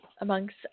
amongst